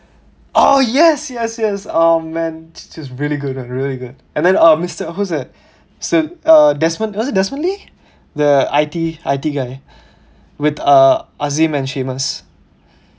oh yes yes yes oh man just really good really good and then um mister who was that uh desmond was it desmond lee the I_T I_T guy with uh azim and seamus